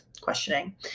questioning